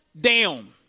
down